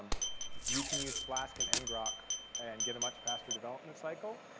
you can use flask-ngrok and get a much faster development cycle